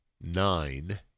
nine